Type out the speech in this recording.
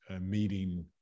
meeting